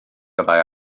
fyddai